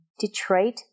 Detroit